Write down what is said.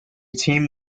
team